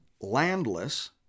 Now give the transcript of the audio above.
landless